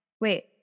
wait